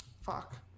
Fuck